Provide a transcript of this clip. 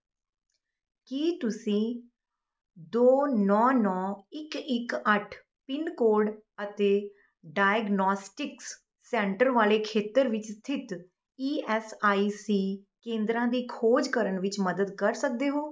ਕੀ ਤੁਸੀਂ ਦੋ ਨੌਂ ਨੌਂ ਇੱਕ ਇੱਕ ਅੱਠ ਪਿੰਨ ਕੋਡ ਅਤੇ ਡਾਇਗਨੌਸਟਿਕਸ ਸੈਂਟਰ ਵਾਲੇ ਖੇਤਰ ਵਿੱਚ ਸਥਿਤ ਈ ਐੱਸ ਆਈ ਸੀ ਕੇਂਦਰਾਂ ਦੀ ਖੋਜ ਕਰਨ ਵਿੱਚ ਮਦਦ ਕਰ ਸਕਦੇ ਹੋ